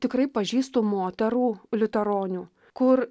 tikrai pažįstu moterų liuteronių kur